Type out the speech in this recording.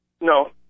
No